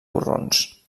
corrons